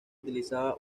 utilizaba